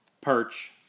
perch